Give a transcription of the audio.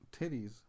Titties